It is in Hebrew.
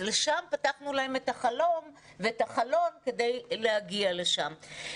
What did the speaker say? שם פתחנו להם את החלום ואת החלון כדי להגיע לשם.